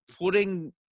putting